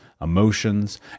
emotions